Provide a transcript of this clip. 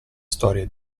storie